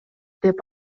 деп